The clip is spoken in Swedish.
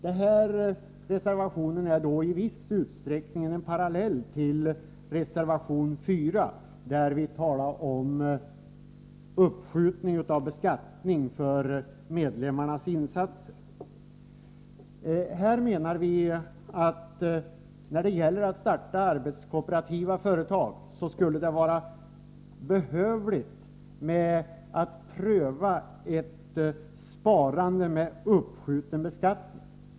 Den här reservationen är i viss utsträckning en parallell till reservation 4, vilken handlar om uppskjutning av beskattningen av medlemmarnas insatser. När det gäller att starta arbetskooperativa företag skulle det vara behövligt att pröva ett sparande med uppskjuten beskattning.